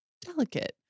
delicate